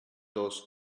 those